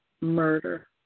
murder